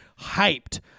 hyped